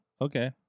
okay